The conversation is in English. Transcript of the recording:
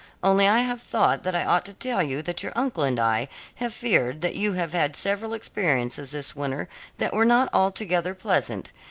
only i have thought that i ought to tell you that your uncle and i have feared that you have had several experiences this winter that were not altogether pleasant,